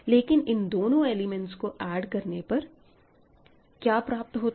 लेकिन इन दोनों एलिमेंट्स को ऐड करने पर क्या प्राप्त होता है